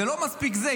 לא מספיק זה,